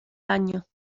años